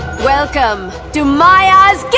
welcome to maya's